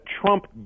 Trump